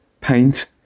paint